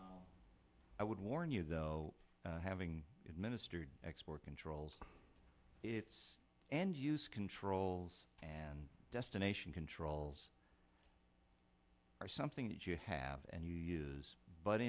i would warn you though having administered export controls it and use controls and destination controls are something that you have and use but